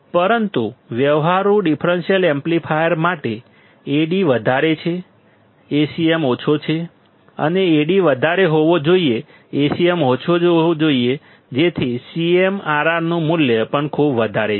પરંતુ વ્યવહારુ differential amplifier માટે Ad વધારે છે Acm ઓછો છે અને Ad વધારે હોવો જોઈએ Acm ઓછો હોવો જોઈએ તેથી CMRR નું મૂલ્ય પણ ખૂબ વધારે છે